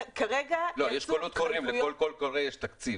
יש קולות קוראים, לכל קול קורא יש תקציב.